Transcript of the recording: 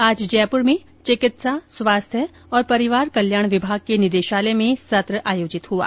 आज जयपूर में चिकित्सा स्वास्थ्य और परिवार कल्याण विभाग के निदेशालय में सत्र आयोजित किया गया